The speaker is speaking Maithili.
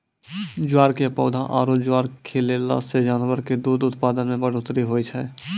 ज्वार के पौधा आरो ज्वार खिलैला सॅ जानवर के दूध उत्पादन मॅ बढ़ोतरी होय छै